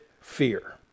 fear